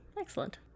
excellent